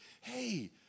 hey